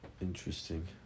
Interesting